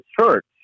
church